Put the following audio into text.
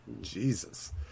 Jesus